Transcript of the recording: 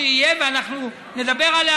ואנחנו נדבר עליה,